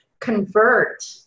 convert